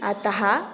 अतः